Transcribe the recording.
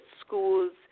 schools